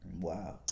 Wow